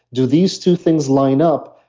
do these two things line up?